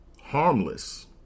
harmless